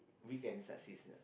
we can successor